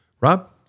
Rob